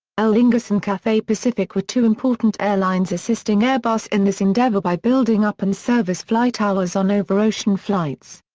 aer lingus and cathay pacific were two important airlines assisting airbus in this endeavour by building up in-service flight hours on over-ocean flights.